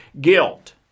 guilt